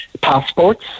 passports